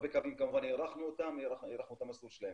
הרבה קווים כמובן הארכנו את המסלול שלהם.